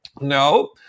No